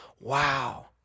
wow